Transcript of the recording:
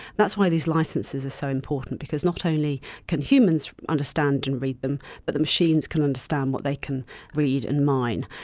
that's why these licences are so important because not only can humans understand and read them but the machines can understand what they can read and mine.